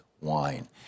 Wine